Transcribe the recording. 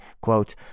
quote